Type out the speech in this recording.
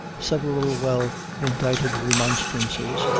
several well indited remonstrances,